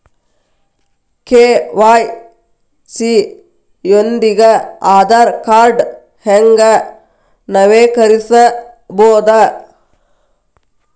KYC ಯೊಂದಿಗ ಆಧಾರ್ ಕಾರ್ಡ್ನ ಹೆಂಗ ನವೇಕರಿಸಬೋದ